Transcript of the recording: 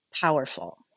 powerful